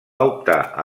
optar